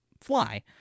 fly